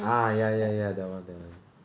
ah yeah yeah yeah that one that one